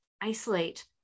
isolate